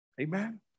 Amen